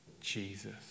Jesus